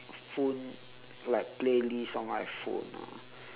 phone like playlist on my phone ah